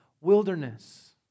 wilderness